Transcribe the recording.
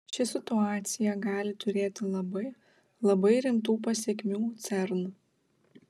ši situacija gali turėti labai labai rimtų pasekmių cern